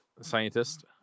scientist